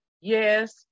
yes